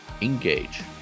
engage